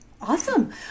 Awesome